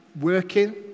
working